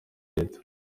leta